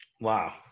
Wow